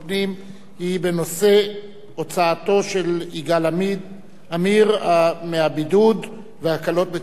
היא בנושא: הוצאתו של יגאל עמיר מבידוד והקלות בתנאי מאסרו.